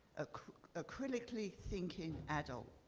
ah a critically thinking adult.